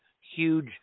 huge